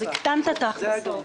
אז הקטנת את ההכנסות.